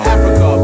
Africa